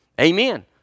Amen